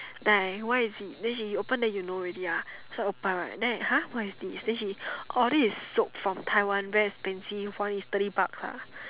then I what is it then she open then you know already ah so I open right then I !huh! what is this then she oh this is soap from Taiwan very expensive one is thirty bucks lah